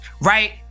right